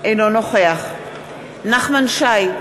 אינו נוכח נחמן שי,